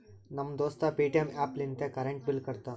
ನಮ್ ದೋಸ್ತ Paytm app ಲಿಂತೆ ಕರೆಂಟ್ ಬಿಲ್ ಕಟ್ಟತಾನ್